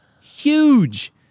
Huge